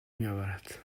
میآورد